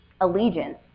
allegiance